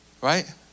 right